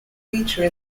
feature